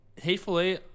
hateful